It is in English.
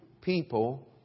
people